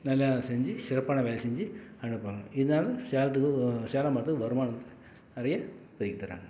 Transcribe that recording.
நல்லா செஞ்சி சிறப்பான வேலை செஞ்சி அடைப்பாங்க இதனால சேலத்துக்கு சேலம் மக்கள் வருமானம் நிறைய பெருக்கி தராங்க